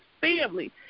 family